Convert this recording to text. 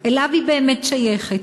שאליו היא באמת שייכת.